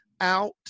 out